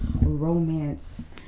romance